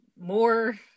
more